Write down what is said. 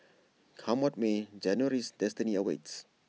come what may January's destiny awaits